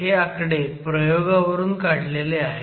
हे आकडे प्रयोगावरून काढलेले आहेत